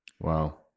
wow